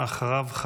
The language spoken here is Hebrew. ואחריו,